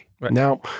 Now